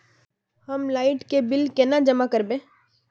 हम लाइट के बिल केना जमा करबे?